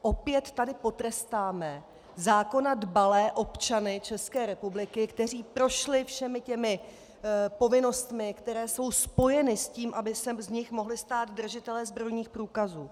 Opět tady potrestáme zákona dbalé občany České republiky, kteří prošli všemi těmi povinnostmi, které jsou spojeny s tím, aby se z nich mohli stát držitelé zbrojních průkazů.